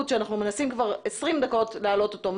שאנחנו מנסים כבר 20 דקות להעלות אותו .